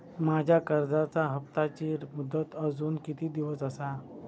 माझ्या कर्जाचा हप्ताची मुदत अजून किती दिवस असा?